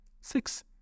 Six